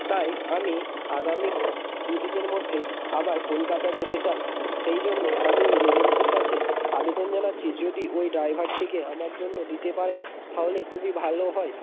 তাই আমি আগামী দুদিনের মধ্যে আবার কলকাতা যেতে চাই সেই জন্য আমি ওই এজেন্সির কাছে আবেদন জানাচ্ছি যদি ওই ড্রাইভারটিকে আমার জন্য দিতে পারেন তাহলে খুবই ভালো হয়